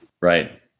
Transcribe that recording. Right